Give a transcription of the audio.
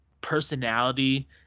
personality